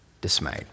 dismayed